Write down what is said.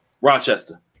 Rochester